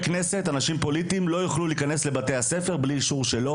כנסת לא יוכלו להיכנס לבתי ספר בלי אישור שלו,